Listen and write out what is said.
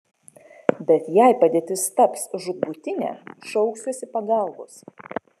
bet jei padėtis taps žūtbūtinė šauksiuosi pagalbos